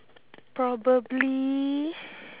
probably